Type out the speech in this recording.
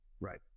Right